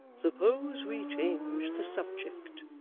suppose we change the subject